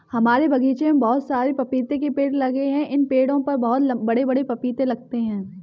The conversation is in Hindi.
हमारे बगीचे में बहुत सारे पपीते के पेड़ लगे हैं इन पेड़ों पर बहुत बड़े बड़े पपीते लगते हैं